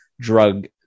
drug